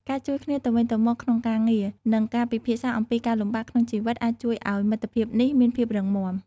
ការជួយគ្នាទៅវិញទៅមកក្នុងការងារ និងការពិភាក្សាអំពីការលំបាកក្នុងជីវិតអាចជួយឲ្យមិត្តភាពនេះមានភាពរឹងមាំ។